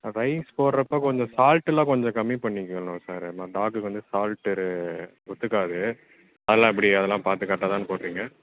rice போடுறப்ப கொஞ்சம் சால்ட்டெல்லாம் கொஞ்சம் கம்மி பண்ணிக்கணும் சார் ஏன்னால் டாக்குக்கு வந்து சால்ட்டு ஒத்துக்காது அதெல்லாம் எப்படி அதெல்லாம் பார்த்து கரெக்டாக தானே போடுறீங்க